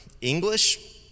English